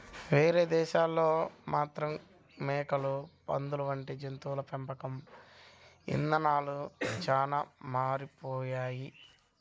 వేరే దేశాల్లో మాత్రం మేకలు, పందులు వంటి జంతువుల పెంపకం ఇదానాలు చానా మారిపోయాయి